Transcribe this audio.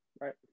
right